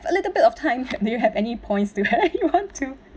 a little bit of time do you have any points do you want to